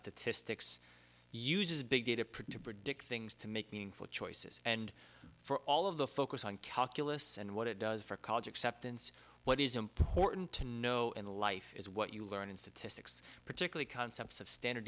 statistics uses big data pretty to predict things to make meaningful choices and for all of the focus on calculus and what it does for college acceptance what is important to know in the life is what you learn in statistics particularly concepts of standard